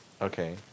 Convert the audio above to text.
Okay